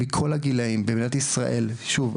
מכל הגילאים במדינת ישראל שוב,